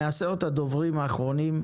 אבקש מעשרת הדוברים האחרונים,